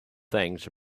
things